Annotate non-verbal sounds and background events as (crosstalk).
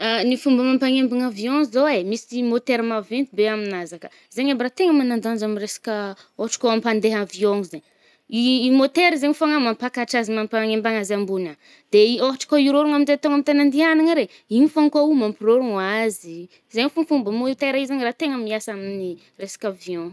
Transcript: (noise) (hesitation) Ny fômba mampagnembogno avión zao e, misy môtera maventy be aminazy akà. zaigny aby raha tegna magnandanja amy resaka, ôhatro kô apande avión zay, (hesitation) môtera zaigny fô mampakatra azy mampanembogna azy ambony agny. De i ôhotro kô irôrogny aminje tônga amy tagny andihànagna re, igny fô koao mampirôrogno azy i, zaigny fô ny fômba, môtera i zagny raha tegna miasa amin’i resaka avión.